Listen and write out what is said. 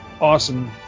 awesome